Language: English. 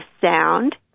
sound